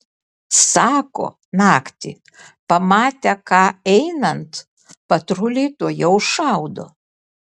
sako naktį pamatę ką einant patruliai tuojau šaudo